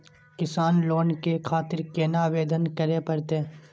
किसान लोन के खातिर केना आवेदन करें परतें?